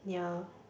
ya